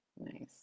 nice